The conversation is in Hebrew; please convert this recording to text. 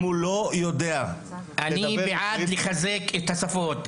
אם הוא לא יודע עברית, אני בעד לחזק את השפות.